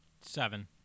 Seven